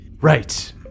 Right